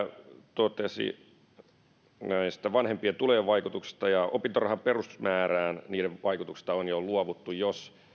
totesi vanhempien tulojen vaikutuksesta niiden vaikutuksesta opintorahan perusmäärään on jo luovuttu jos